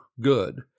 good